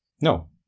No